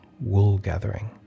wool-gathering